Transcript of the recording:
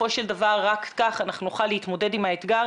בסופו של דבר רק כך נוכל להתמודד עם האתגר,